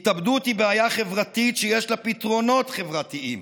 התאבדות היא בעיה חברתית שיש לה פתרונות חברתיים.